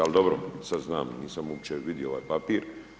Al dobro sad znam, nisam uopće vidio ovaj papir.